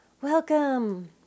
Welcome